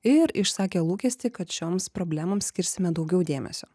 ir išsakė lūkestį kad šioms problemoms skirsime daugiau dėmesio